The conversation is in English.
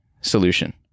solution